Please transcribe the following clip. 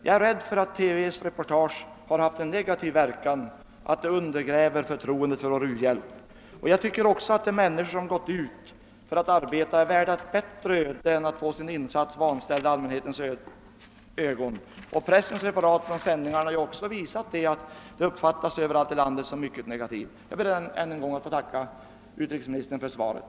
Jag är rädd för att TV:s reportage har haft en negativ verkan och i viss mån undergrävt förtroendet för vår u-hjälp. De människor som rest ut för att ar beta i u-länderna är värda ett bättre. öde än att på detta sätt få sina insatser nedvärderade i allmänhetens ögon. Pressens referat av sändningarna har visat att dessa överallt i landet uppfattas negativt. Jag ber än en gång att få tacka utrikesministern för svaret.